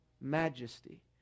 majesty